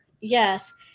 yes